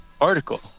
article